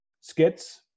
skits